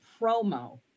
promo